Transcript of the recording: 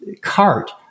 cart